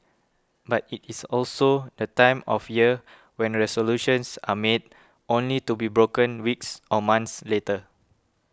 but it is also the time of year when resolutions are made only to be broken weeks or months later